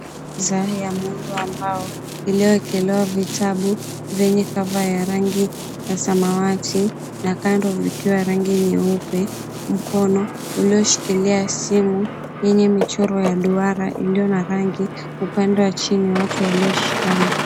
Mezani ya muundo wa mbao iliyowekelewa vitabu, vyenye cover ya rangi ya samawati na kando vikiwa ya rangi nyeupe, mkono ulioshikilia simu yenye michoro ya duara iliyo na rangi. Upande wa chini watu walioshikana.